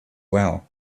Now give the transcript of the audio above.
well